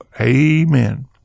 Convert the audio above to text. amen